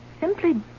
simply